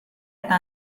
eta